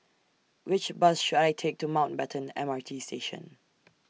Which Bus should I Take to Mountbatten M R T Station